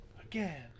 Again